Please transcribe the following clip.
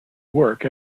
work